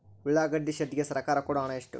ಉಳ್ಳಾಗಡ್ಡಿ ಶೆಡ್ ಗೆ ಸರ್ಕಾರ ಕೊಡು ಹಣ ಎಷ್ಟು?